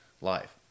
life